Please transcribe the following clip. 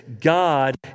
God